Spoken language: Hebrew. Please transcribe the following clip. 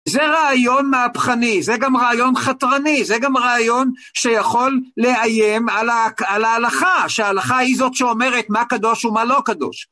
זה רעיון מהפכני, זה גם רעיון חתרני, זה גם רעיון שיכול לאיים על ההלכה, שההלכה היא זאת שאומרת מה קדוש ומה לא קדוש.